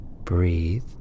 Breathe